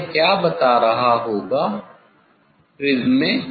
यह क्या बता रहा होगा प्रिज्म में